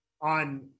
on